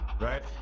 right